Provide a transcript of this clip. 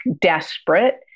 desperate